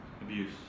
abuse